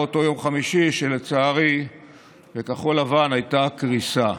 אותו יום חמישי שבו לצערי בכחול לבן הייתה הקריסה.